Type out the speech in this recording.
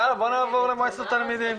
יאללה בואו נעבור למועצת התלמידים.